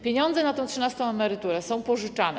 Pieniądze na tę trzynastą emeryturę są pożyczane.